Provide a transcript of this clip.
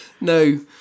no